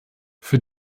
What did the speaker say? für